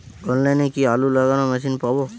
অনলাইনে কি আলু লাগানো মেশিন পাব?